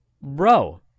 Bro